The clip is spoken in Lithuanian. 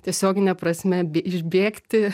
tiesiogine prasme bė išbėgti